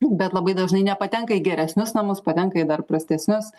bet labai dažnai nepatenka į geresnius namus patenka į dar prastesnius